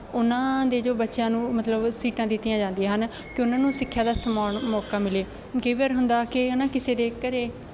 ਉਹਨਾਂ ਦੇ ਜੋ ਬੱਚਿਆਂ ਨੂੰ ਮਤਲਬ ਸੀਟਾਂ ਦਿੱਤੀਆਂ ਜਾਂਦੀਆਂ ਹਨ ਕਿ ਉਹਨਾਂ ਨੂੰ ਸਿੱਖਿਆ ਦਾ ਸਮਾਨ ਮੌਕਾ ਮਿਲੇ ਕਈ ਵਾਰ ਹੁੰਦਾ ਕਿ ਨਾ ਕਿਸੇ ਦੇ ਘਰ